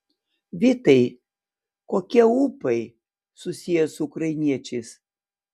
vytai kokie ūpai susiję su ukrainiečiais